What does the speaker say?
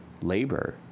labor